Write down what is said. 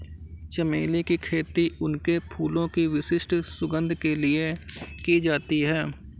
चमेली की खेती उनके फूलों की विशिष्ट सुगंध के लिए की जाती है